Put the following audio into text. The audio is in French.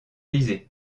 lisez